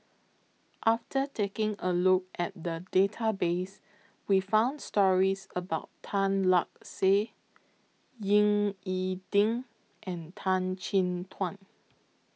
after taking A Look At The Database We found stories about Tan Lark Sye Ying E Ding and Tan Chin Tuan